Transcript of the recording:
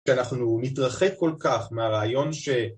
‫שאנחנו נתרחק כל כך מהרעיון ש...